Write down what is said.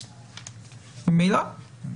לא?